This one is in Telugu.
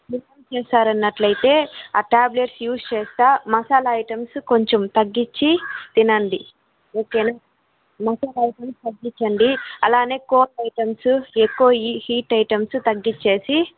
మీరు ఏం చేస్తారు అన్నట్లయితే ఆ టాబ్లెట్స్ యూజ్ చేస్తా మసాలా ఐటమ్స్ కొంచెం తగ్గించి తినండి ఓకేనా మసాలా ఐటమ్స్ తగ్గించండి అలానే కోల్డ్ ఐటమ్సు ఎక్కువ హీట్ ఐటమ్సు తగ్గించేసి